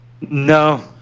No